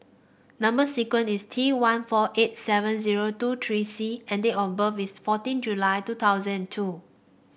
number sequence is T one four eight seven zero two three C and date of birth is fourteen July two thousand and two